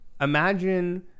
Imagine